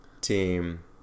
team